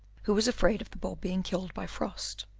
who was afraid of the bulb being killed by frost.